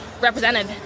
represented